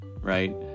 right